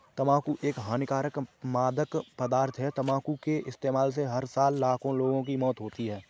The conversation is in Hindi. तंबाकू एक हानिकारक मादक पदार्थ है, तंबाकू के इस्तेमाल से हर साल लाखों लोगों की मौत होती है